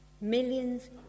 Millions